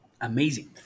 Amazing